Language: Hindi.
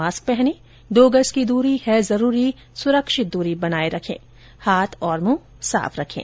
मास्क पहनें दो गज की दूरी है जरूरी सुरक्षित दूरी बनाए रखें हाथ और मुंह साफ रखें